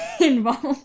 involved